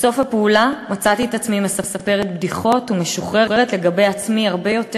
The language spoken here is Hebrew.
בסוף הפעולה מצאתי את עצמי מספרת בדיחות ומשוחררת לגבי עצמי הרבה יותר